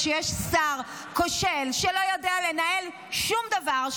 כשיש שר כושל שלא יודע לנהל שום דבר,